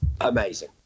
amazing